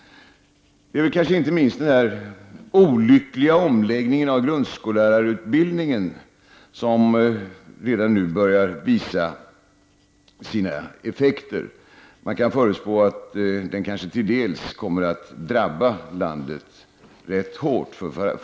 Det är kanske inte minst den olyckliga omläggningen av grundskollärarutbildningen som redan nu börjar visa sina effekter. Man kan förutspå att den kanske till dels kommer att i framtiden drabba landet rätt hårt.